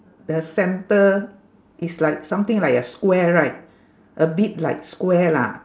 the centre is like something like a square right a bit like square lah